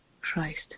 Christ